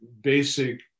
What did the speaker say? basic